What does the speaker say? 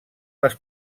les